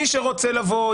שמי שרוצה לבוא,